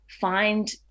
find